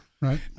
right